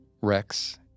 Rex